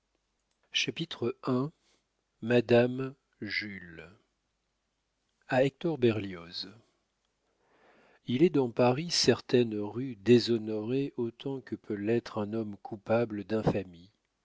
des dévorants a hector berlioz il est dans paris certaines rues déshonorées autant que peut l'être un homme coupable